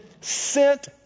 sent